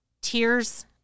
Tears